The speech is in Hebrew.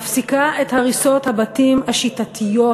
מפסיקה את הריסות הבתים השיטתיות,